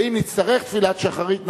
ואם נצטרך תפילת שחרית,